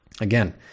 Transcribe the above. Again